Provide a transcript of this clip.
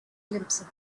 glimpse